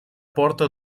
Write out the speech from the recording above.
porta